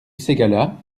ségala